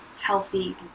healthy